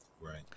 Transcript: Right